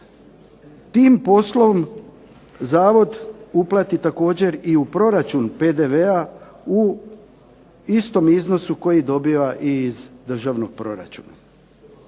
Tim poslom Zavod uplati također u proračun PDV-a u istom iznosu koji dobiva i iz državnog proračuna.